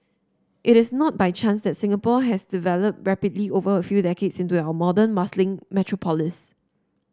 it is not by chance that Singapore has developed rapidly over a few decades into our modern muscling metropolis